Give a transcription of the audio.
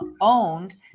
owned